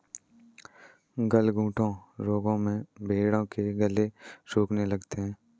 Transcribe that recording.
गलघोंटू रोग में भेंड़ों के गले सूखने लगते हैं